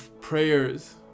prayers